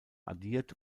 addiert